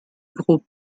groupe